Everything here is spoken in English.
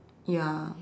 ya